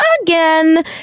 again